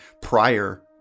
prior